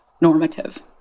normative